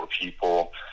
people